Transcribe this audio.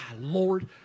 Lord